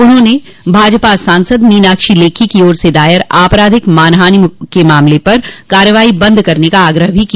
उन्होंने भाजपा सांसद मीनाक्षी लेखी की ओर से दायर आपराधिक मानहानि के मामले पर कार्रवाई बंद करने का आग्रह भी किया